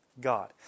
God